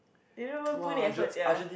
they don't even put in effort sia